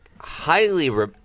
highly